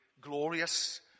glorious